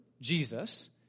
Jesus